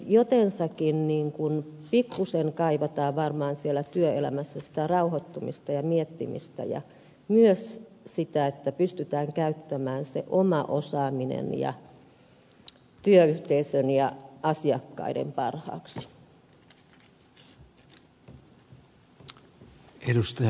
jotensakin pikkuisen kaivataan varmaan siellä työelämässä sitä rauhoittumista ja miettimistä ja myös sitä että pystytään käyttämään se oma osaaminen työyhteisön ja asiakkaiden parhaaksi